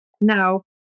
now